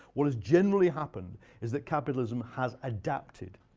what has generally happened is that capitalism has adapted.